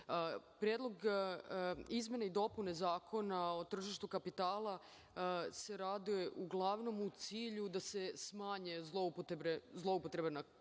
o izmenama i dopunama Zakona o tržištu kapitala se radi uglavnom u cilju da se smanje zloupotrebe na tržištu.